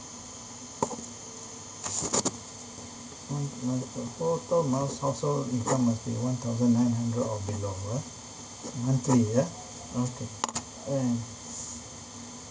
household income must be one thousand nine hundred or below ah monthly yeah okay and